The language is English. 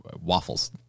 Waffles